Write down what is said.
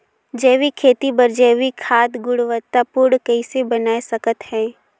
जैविक खेती बर जैविक खाद गुणवत्ता पूर्ण कइसे बनाय सकत हैं?